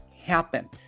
happen